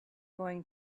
going